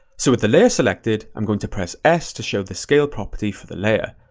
so with the layer selected, i'm going to press s to show the scale property for the layer.